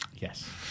Yes